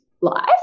life